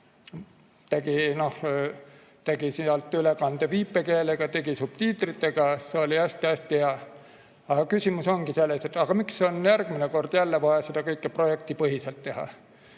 tegi sealt projektipõhiselt ülekande viipekeelega, tegi subtiitritega. See oli hästi-hästi hea. Küsimus ongi selles, miks on järgmine kord jälle vaja seda kõike projektipõhiselt teha.